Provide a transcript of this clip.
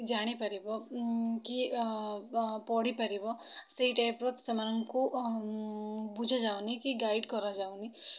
କି ଜାଣିପାରିବ କି ପଢ଼ିପାରିବ ସେଇ ଟାଇପ୍ର ସେମାନଙ୍କୁ ବୁଝାଯାଉନି କି ଗାଇଡ଼୍ କରାଯାଉନି